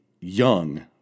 young